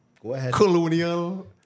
colonial